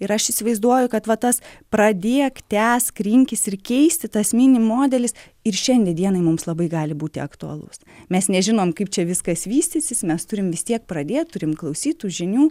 ir aš įsivaizduoju kad va tas pradėk tęsk rinkis ir keisti tas mini modelis ir šiandie dienai mums labai gali būti aktualus mes nežinom kaip čia viskas vystysis mes turim vis tiek pradėt turim klausyt tų žinių